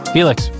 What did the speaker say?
Felix